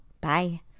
Bye